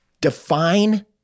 define